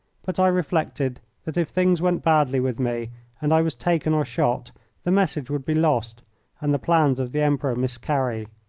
but i reflected that if things went badly with me and i was taken or shot the message would be lost and the plans of the emperor miscarry.